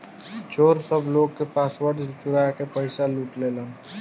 चोर सब लोग के पासवर्ड चुरा के पईसा लूट लेलेन